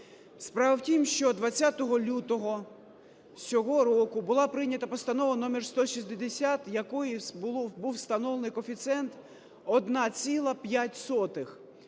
Справа в тім, що 20 лютого цього року була прийнята Постанова № 160, якою був встановлений коефіцієнт 1,05